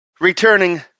returning